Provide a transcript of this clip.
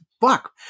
Fuck